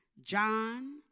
john